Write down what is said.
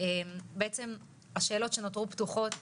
השאלות שנותרו פתוחות